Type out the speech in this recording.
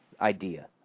idea